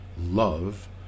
Love